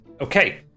Okay